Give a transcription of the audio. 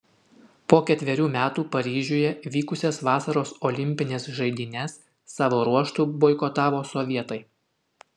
po ketverių metų paryžiuje vykusias vasaros olimpines žaidynes savo ruožtu boikotavo sovietai